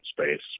space